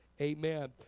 amen